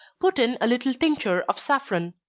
put in a little tincture of saffron.